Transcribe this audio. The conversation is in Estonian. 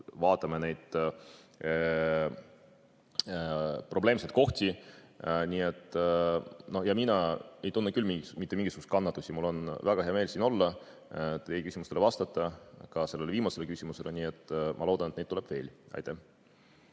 vaatame neid probleemseid kohti. Mina ei tunne küll mitte mingisuguseid kannatusi, mul on väga hea meel siin olla ja teie küsimustele vastata, ka sellele viimasele küsimusele. Nii et ma loodan, et neid tuleb veel. Aga